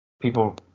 People